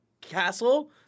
castle